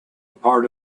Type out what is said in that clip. part